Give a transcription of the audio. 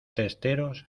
testeros